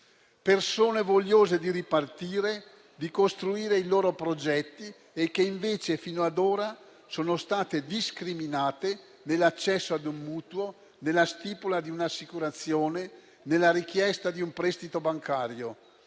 persone vogliose di ripartire e di costruire i loro progetti e che invece fino ad ora sono state discriminate nell'accesso a un mutuo, nella stipula di un'assicurazione e nella richiesta di un prestito bancario: